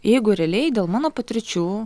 jeigu realiai dėl mano patirčių